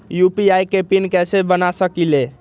UPI के pin कैसे बना सकीले?